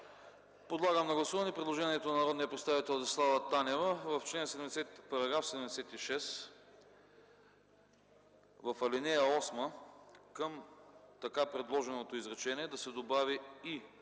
Подлагам на гласуване предложението на народния представител Десислава Танева – в § 76, в ал. 8 към така предложеното изречение, да се добави и